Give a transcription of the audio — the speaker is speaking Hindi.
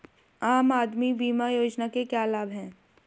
आम आदमी बीमा योजना के क्या लाभ हैं?